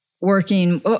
working